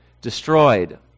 destroyed